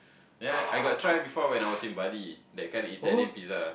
then I I got try before when I was in Bali that kind Italian pizza